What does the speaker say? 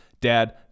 dad